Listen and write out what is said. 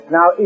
Now